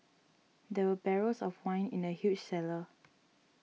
there were barrels of wine in the huge cellar